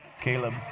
Caleb